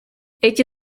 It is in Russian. эти